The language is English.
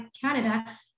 Canada